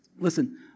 listen